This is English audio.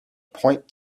point